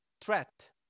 threat